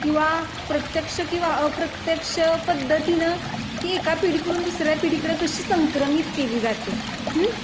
किंवा प्रत्यक्ष किंवा अप्रत्यक्ष पद्धतीनं ती एका पिढीकडून दुसऱ्या पिढीकडं कशी संक्रमित केली जाते